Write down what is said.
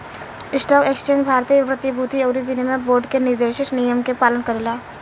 stock exchange भारतीय प्रतिभूति अउरी विनिमय बोर्ड के निर्देशित नियम के पालन करेला